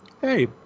hey